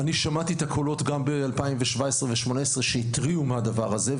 אני שמעתי את הקולות ב-2017 ו-2018 שהתריעו מהדבר הזה,